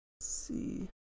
see